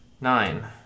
Nine